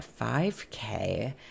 5k